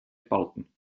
bauten